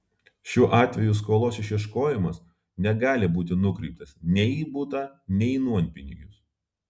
šiuo atveju skolos išieškojimas negali būti nukreiptas nei į butą nei į nuompinigius